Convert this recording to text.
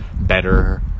better